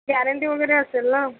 guarantee वगैरे असेल ना